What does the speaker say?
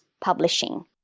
publishing